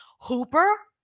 hooper